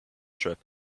trip